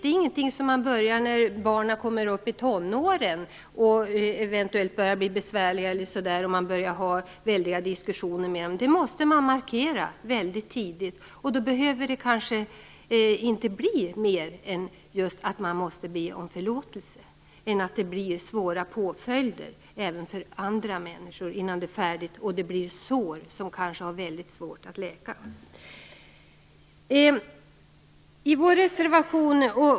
Det är ingenting som man kan börja med när barnen kommer upp i tonåren och eventuellt börjar bli besvärliga och man börjar ha väldiga diskussioner med dem. Man måste markera detta mycket tidigt. Då behöver det kanske inte bli mer än att man måste be om förlåtelse i stället för att det blir svåra påföljder även för andra människor innan det är färdigt och sår som kanske har mycket svårt att läka.